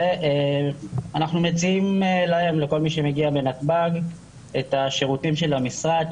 אנחנו מציעים לכל מי שמגיע בנתב"ג את השירותים של המשרד,